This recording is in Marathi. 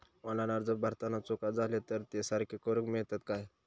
ऑनलाइन अर्ज भरताना चुका जाले तर ते सारके करुक मेळतत काय?